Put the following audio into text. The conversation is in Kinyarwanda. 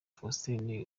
faustin